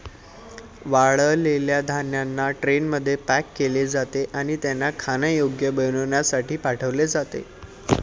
वाळलेल्या धान्यांना ट्रेनमध्ये पॅक केले जाते आणि त्यांना खाण्यायोग्य बनविण्यासाठी पाठविले जाते